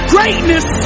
Greatness